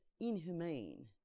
inhumane